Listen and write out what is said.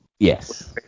Yes